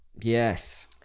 Yes